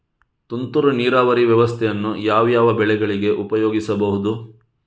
ತುಂತುರು ನೀರಾವರಿ ವ್ಯವಸ್ಥೆಯನ್ನು ಯಾವ್ಯಾವ ಬೆಳೆಗಳಿಗೆ ಉಪಯೋಗಿಸಬಹುದು?